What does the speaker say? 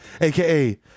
AKA